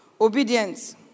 Obedience